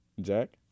Jack